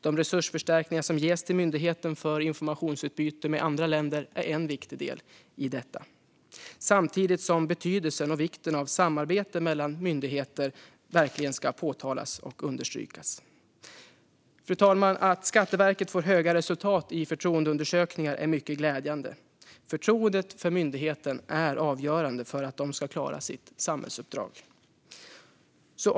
De resursförstärkningar som ges till myndigheten för informationsutbyte med andra länder är en viktig del i detta. Samtidigt ska betydelsen och vikten av samarbete mellan myndigheter verkligen påpekas och understrykas. Fru talman! Att Skatteverket får höga resultat i förtroendeundersökningar är mycket glädjande. Förtroendet för myndigheten är avgörande för att de ska klara sitt samhällsuppdrag.